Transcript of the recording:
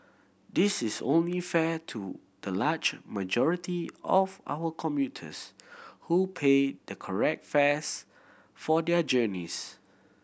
this is only fair to the large majority of our commuters who pay the correct fares for their journeys